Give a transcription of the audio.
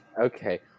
Okay